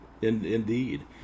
Indeed